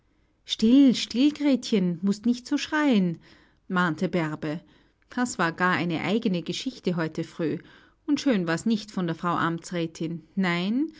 still still gretchen mußt nicht so schreien mahnte bärbe das war gar eine eigene geschichte heute früh und schön war's nicht von der frau amtsrätin nein